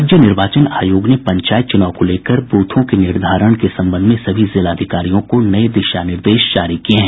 राज्य निर्वाचन आयोग ने पंचायत चुनाव को लेकर बूथों के निर्धारण के संबंध में सभी जिलाधिकारियों को नये दिशा निर्देश जारी किये हैं